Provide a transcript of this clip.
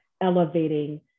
elevating